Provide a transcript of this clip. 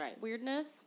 weirdness